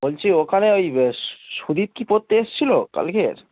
বলছি ওখানে ওই সুদীপ কি পড়তে এসছিলো কালকের